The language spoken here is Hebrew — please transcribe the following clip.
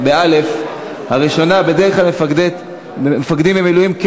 הראשונה, בדרך כלל מפקדים במילואים כן